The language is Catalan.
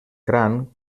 gran